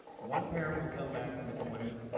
one parent will come back from deployment,